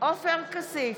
עופר כסיף,